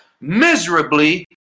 miserably